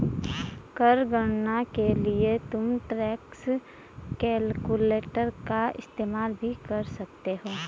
कर गणना के लिए तुम टैक्स कैलकुलेटर का इस्तेमाल भी कर सकते हो